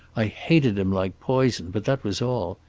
i hated him like poison, but that was all.